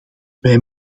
wij